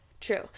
True